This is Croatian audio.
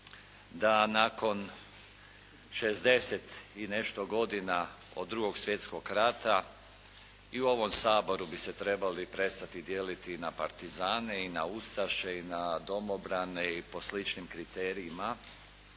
da nakon 60 i nešto godina od II. svjetskog rata i u ovom Saboru bi se trebali prestati dijeliti na partizane i na ustaše i na domobrane i na po sličnim kriterijima.